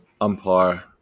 umpire